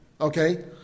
okay